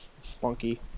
funky